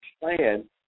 plan